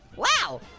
wow,